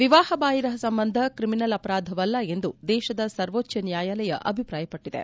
ವಿವಾಹಬಾಹಿರ ಸಂಬಂಧ ತ್ರಿಮಿನಲ್ ಅಪರಾಧವಲ್ಲ ಎಂದು ದೇತದ ಸವೋಚ್ಯನ್ಲಾಯಾಲಯ ಅಭಿಪ್ರಾಯಪಟ್ಟದೆ